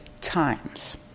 times